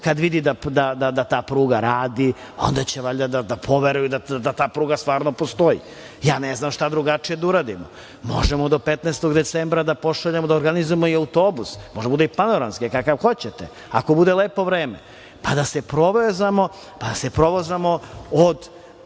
kada vidi da ta pruga radi, onda će valjda da poveruje da ta pruga stvarno postoji. Ja ne znam šta drugačije da uradimo. Možemo do 15. decembra da pošaljemo, da organizujemo i autobus, može da bude panoramski, kakav hoćete, ako bude lepo vreme, pa da se provozamo od